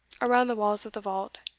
around the walls of the vault,